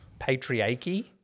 Patriarchy